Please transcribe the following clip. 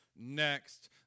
next